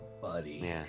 buddy